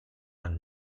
man